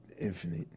Infinite